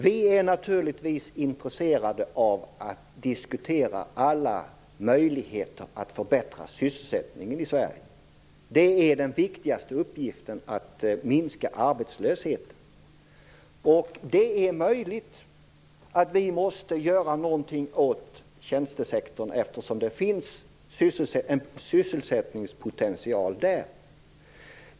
Vi är naturligtvis intresserade av att diskutera alla möjligheter för att förbättra sysselsättningen i Sverige. Det är den viktigaste uppgiften; att minska arbetslösheten. Det är möjligt att vi måste göra något åt tjänstesektorn eftersom det finns en sysselsättningspotential där.